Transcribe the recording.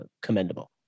commendable